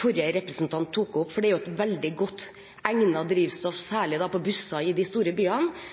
Forrige representant tok opp biogass, som jo er et veldig godt egnet drivstoff, særlig for busser i de store byene, og at det er